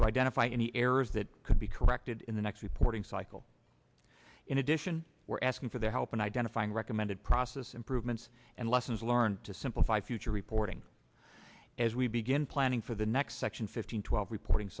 to identify any errors that could be corrected in the next reporting cycle in addition we're asking for their help in identifying recommended process improvements and lessons learned to simplify future reporting as we begin planning for the next section fifteen twelve reporting